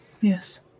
Yes